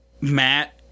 Matt